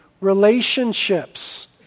relationships